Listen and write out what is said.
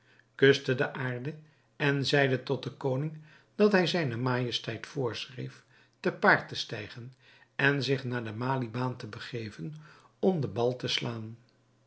kuste de aarde en zeide tot den koning dat hij zijne majesteit voorschreef te paard te stijgen en zich naar de maliebaan te begeven om den bal te slaan